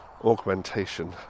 augmentation